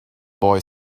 boy